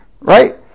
right